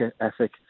ethic